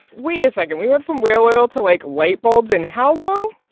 wait a second. we went from whale oil to, like, light bulbs in how long?